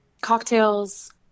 Cocktails